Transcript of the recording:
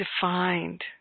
defined